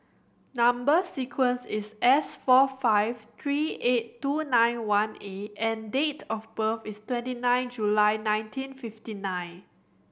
number sequence is S four five three eight two nine one A and date of birth is twenty nine July nineteen fifty nine